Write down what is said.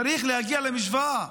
צריך להגיע למשוואה,